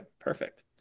perfect